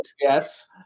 Yes